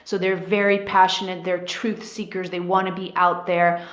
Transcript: so they're very passionate they're truth seekers. they want to be out there.